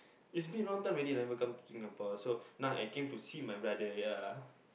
it's been a long time already never come to Singapore now I come to see my brother ya